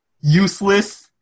Useless